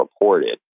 reported